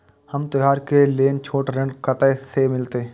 हमरा त्योहार के लेल छोट ऋण कते से मिलते?